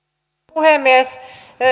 puhemies